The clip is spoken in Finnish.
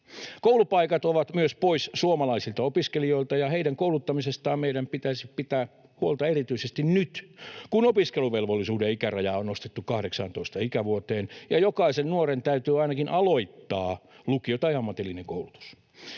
Koulupaikat ovat myös pois suomalaisilta opiskelijoilta, ja heidän kouluttamisestaan meidän pitäisi pitää huolta erityisesti nyt kun opiskeluvelvollisuuden ikärajaa on nostettu 18 ikävuoteen ja jokaisen nuoren täytyy ainakin aloittaa lukio tai ammatillinen koulutus.